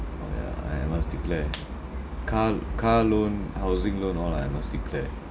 orh ya I I must declare car car loan housing loan all I must declare